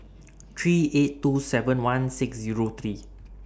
three eight two seven one six Zero three